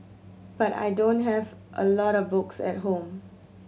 but I don't have a lot of books at home